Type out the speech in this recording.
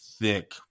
thick